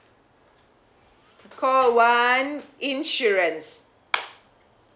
call one insurance